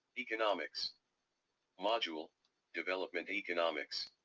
economics module development economics,